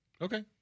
Okay